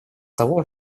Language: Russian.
того